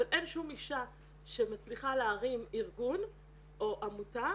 אבל אין שום אישה שמצליחה להרים ארגון או עמותה